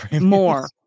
More